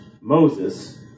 Moses